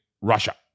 Russia